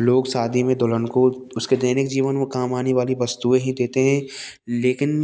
लोग सादी में दुल्हन को उसके दैनिक जीवन में काम आने वाली वस्तुएँ ही देते हैं लेकिन